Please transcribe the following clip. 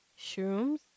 Shrooms